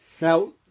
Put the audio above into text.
Now